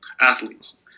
athletes